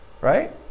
Right